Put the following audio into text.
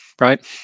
Right